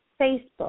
Facebook